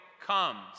comes